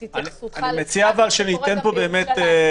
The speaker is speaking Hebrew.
את התייחסותך למה שקורה גם בירושלים.